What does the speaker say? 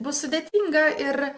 bus sudėtinga ir